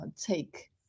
take